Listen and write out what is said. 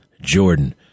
Jordan